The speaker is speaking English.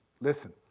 Listen